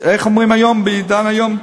איך אומרים היום, בעידן של היום?